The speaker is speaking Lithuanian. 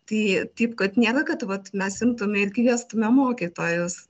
tai taip kad nėra kad vat mes imtumėme ir kviestumėme mokytojus